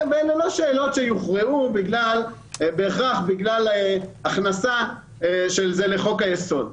השאלות הללו לא תוכרענה בהכרח בזכות הכנסת של זה לזכויות יסוד.